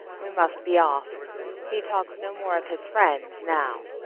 we must be off he talks no more of his friends now,